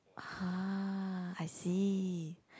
ah I see